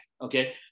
okay